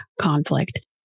conflict